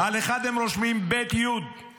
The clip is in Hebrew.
-- על אחת הם רושמים: ב"י היא